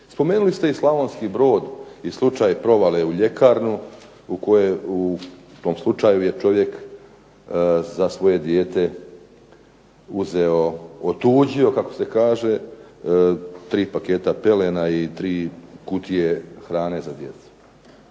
Spomenuli ste i Slavonski brod i slučaj provale u ljekarnu. U tom slučaju je čovjek za svoje dijete uzeo, otuđio kako se kaže, tri paketa pelena i tri kutije hrane za dijete.